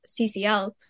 CCL